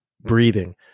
breathing